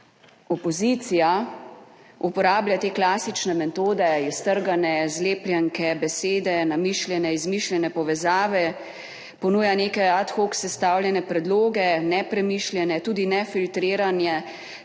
opozicija uporablja te klasične metode, iztrgane zlepljenke, besede namišljene, izmišljene povezave, ponuja neke »ad hoc« sestavljene predloge, nepremišljene, tudi nefiltrirane,